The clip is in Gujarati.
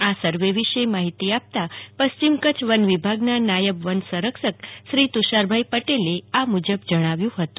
આ સર્વે વિષે માહિતી આપતા પશ્ચિમ કચ્છ વનવિભાગના નાયબ વન સંરક્ષક શ્રી તુષારભાઈ પટેલે આ પ્રમાણે જણાવ્યું હતું